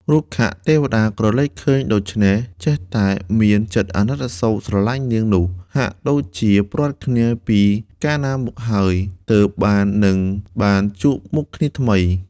រុក្ខទេវតាក្រឡេកឃើញដូច្នេះចេះតែមានចិត្ដអាណិតអាសូរស្រលាញ់នាងនោះ ហាក់ដូចជាព្រាត់គ្នាពីកាលណាមកហើយ ទើបបាននឹងបានជួបមុខគ្នាថ្មី។